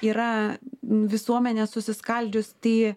yra visuomenė susiskaldžius tai